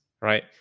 right